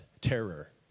Terror